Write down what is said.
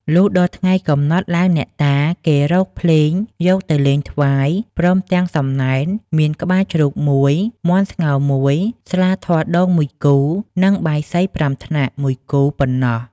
លុះដល់ថ្ងៃកំណត់ឡើងអ្នកតា គេរកភ្លេងយកទៅលេងថ្វាយ ព្រមទាំងសំណែនមានក្បាលជ្រូក ១ មាន់ស្ងោរ ១ ស្លាធម៌ដូង ១គូ និងបាយសី ៥ថ្នាក់ ១គូ ប៉ុណ្ណោះ ។